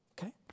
okay